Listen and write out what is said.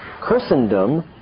Christendom